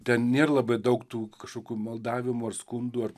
ten nėra labai daug tų kažkokių maldavimų ar skundų ar